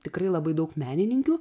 tikrai labai daug menininkių